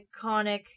iconic